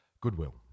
Goodwill